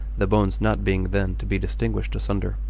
the bones not being then to be distinguished asunder.